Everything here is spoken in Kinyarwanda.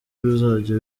bizajya